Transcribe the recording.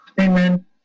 Amen